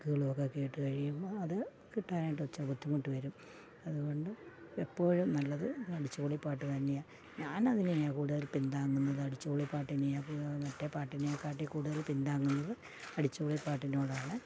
വാക്കുകളുമൊക്കെ കേട്ടു കഴിയുമ്പം അതു കിട്ടാനായിട്ടിച്ചര ബുദ്ധിമുട്ടു വരും അതു കൊണ്ട് എപ്പോഴും നല്ലത് അടിച്ചു പൊളി പാട്ട് തന്നെയാണ് ഞാനതിനു തന്നെയാണ് കൂടുതൽ പിന്താങ്ങുന്നത് അടിച്ചു പൊളി പാട്ടിനെയാണ് മറ്റേ പാട്ടിനേക്കാട്ടിലും കൂടുതൽ പിൻതാങ്ങുന്നത് അടിച്ചു പൊളി പാട്ടിനോടാണ്